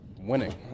Winning